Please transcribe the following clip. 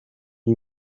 you